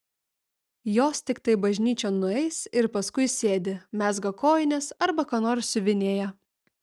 jos tiktai bažnyčion nueis ir paskui sėdi mezga kojines arba ką nors siuvinėja